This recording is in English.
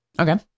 Okay